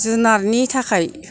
जुनारनि थाखाय